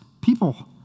people